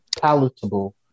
palatable